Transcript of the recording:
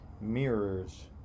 mirrors